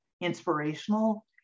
inspirational